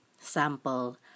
sample